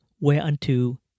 whereunto